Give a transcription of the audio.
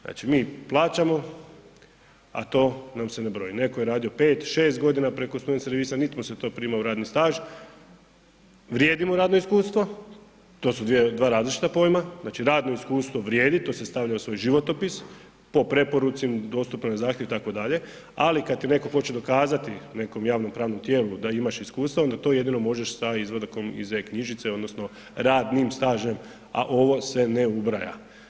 Znači mi plaćamo, a to nam se ne broji, neko je radio 5-6.g. preko student servisa, nit mu se to prima u radni staž, vrijedi mu radno iskustvo, to su dva različita pojma, znači radno iskustvo vrijedi, to se stavlja u svoj životopis po preporuci, dostupno na zahtjev itd., ali kad ti neko hoće dokazati nekom javnopravnom tijelu da imaš iskustva onda to jedino možeš sa izvatkom iz e-knjižice odnosno radnim stažem, a ovo se ne ubraja.